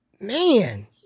man